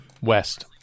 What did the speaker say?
West